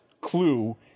Clue